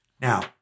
Now